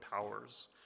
powers